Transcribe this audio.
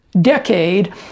decade